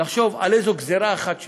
לחשוב על איזו גזרה אחת שהייתה.